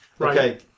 okay